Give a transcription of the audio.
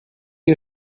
you